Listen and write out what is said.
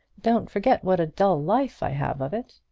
don't forget what a dull life i have of it.